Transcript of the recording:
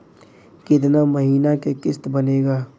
कितना महीना के किस्त बनेगा?